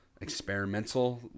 experimental